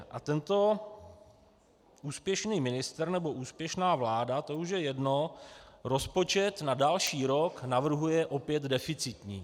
A tento úspěšný ministr, nebo úspěšná vláda, to už je jedno, rozpočet na další rok navrhuje opět deficitní.